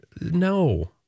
No